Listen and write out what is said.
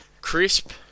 Crisp